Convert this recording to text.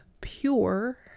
pure